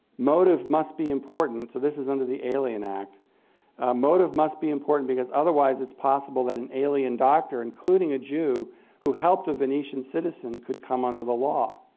motive must be important so this is under the alien act motive must be important because otherwise it's possible than an alien doctrine, including a jew who helped a venetian citizen, could come under the law.